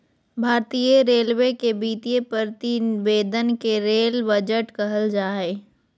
भारतीय रेलवे के वित्तीय प्रतिवेदन के रेल बजट कहल जा हइ